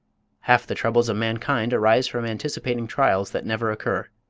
half the troubles of mankind arise from anticipating trials that never occur.